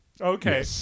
Okay